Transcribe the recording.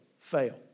fail